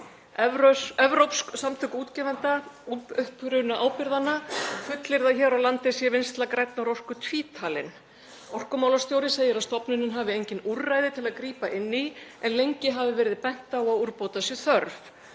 Evrópsk samtök útgefenda upprunaábyrgðanna fullyrða að hér á landi sé vinnsla grænnar orku tvítalin. Orkumálastjóri segir að stofnunin hafi engin úrræði til að grípa inn í en lengi hafi verið bent á að úrbóta sé þörf.